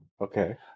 Okay